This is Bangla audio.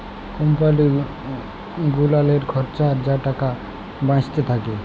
কম্পালি গুলালের খরচার পর যা টাকা বাঁইচে থ্যাকে